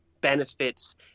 benefits